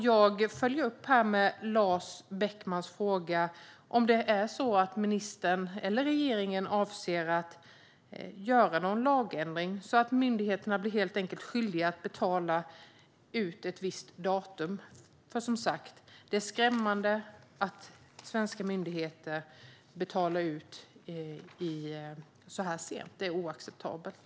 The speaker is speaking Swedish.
Jag följer upp med Lars Beckmans fråga om det är så att ministern och regeringen avser att göra någon lagändring så att myndigheterna helt enkelt blir skyldiga att göra utbetalningar ett visst datum. Som sagt: Det är skrämmande att svenska myndigheter betalar ut så här sent. Det är oacceptabelt.